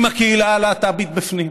עם הקהילה הלהט"בית בפנים.